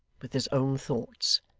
with his own thoughts,